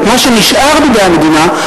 את מה שנשאר בידי המדינה,